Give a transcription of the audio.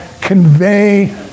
convey